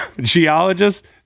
Geologists